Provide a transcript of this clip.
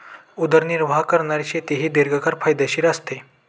उदरनिर्वाह करणारी शेती ही दीर्घकाळ फायदेशीर असते